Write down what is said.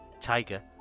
tiger